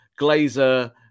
Glazer